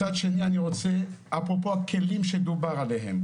מצד שני, אפרופו, הכלים שדובר עליהם.